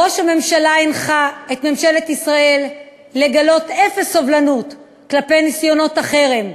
ראש הממשלה הנחה את ממשלת ישראל לגלות אפס סובלנות כלפי ניסיונות החרם.